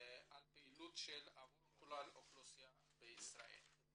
על פעילות עבור כלל האוכלוסייה בישראל.